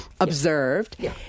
observed